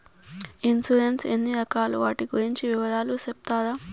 Insurance ఎన్ని రకాలు వాటి గురించి వివరాలు సెప్తారా?